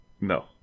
No